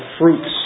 fruits